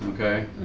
Okay